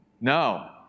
No